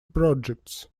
projects